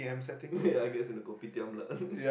ya I guess in the kopitiam lah